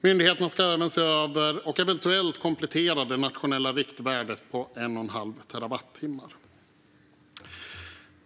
Myndigheterna ska även se över och eventuellt komplettera det nationella riktvärdet på 1,5 terawattimmar.